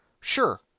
Sure